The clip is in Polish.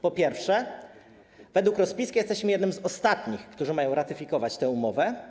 Po pierwsze, według rozpiski jesteśmy jednym z ostatnich, którzy mają ratyfikować tę umowę.